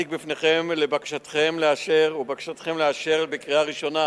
להציג בפניכם ולבקשכם לאשר בקריאה ראשונה